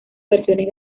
versiones